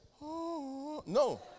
no